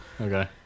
Okay